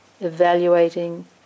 evaluating